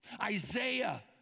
Isaiah